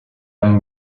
âme